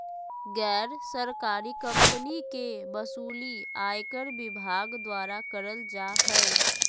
गैर सरकारी कम्पनी के वसूली आयकर विभाग द्वारा करल जा हय